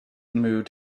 mood